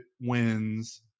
wins